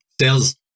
sales